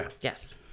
Yes